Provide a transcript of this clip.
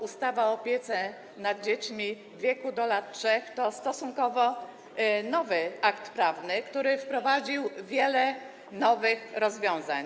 Ustawa o opiece nad dziećmi w wieku do lat 3 to stosunkowo nowy akt prawny, który wprowadził wiele nowych rozwiązań.